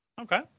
Okay